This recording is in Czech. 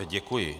Děkuji.